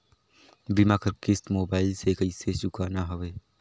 बीमा कर किस्त मोबाइल से कइसे चुकाना हवे